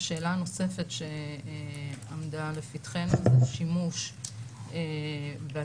השאלה הנוספת שעמדה לפתחנו היא שימוש בגישה